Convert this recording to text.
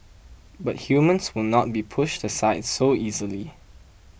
but humans will not be pushed aside so easily